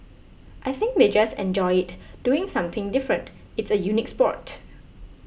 I think they just enjoy it doing something different it's a unique sport